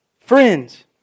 friends